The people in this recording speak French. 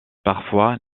parfois